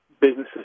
businesses